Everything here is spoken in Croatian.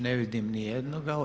Ne vidim ni jednoga.